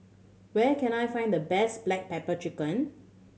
where can I find the best black pepper chicken